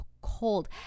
cold